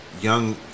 Young